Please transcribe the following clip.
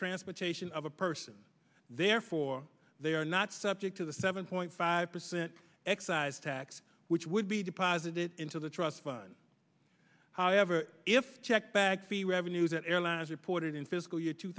transportation of a person therefore they are not subject to the seven point five percent excise tax which would be deposited into the trust fund however if checked bag fee revenue that airlines reported in fiscal year two